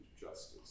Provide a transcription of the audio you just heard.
justice